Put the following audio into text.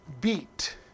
beat